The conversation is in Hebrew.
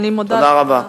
תודה רבה.